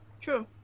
True